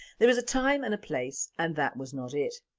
there is a time and a place and that was not it.